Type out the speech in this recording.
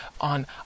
on